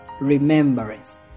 remembrance